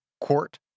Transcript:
Court